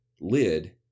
lid